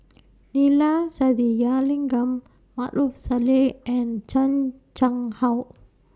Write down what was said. Neila Sathyalingam Maarof Salleh and Chan Chang How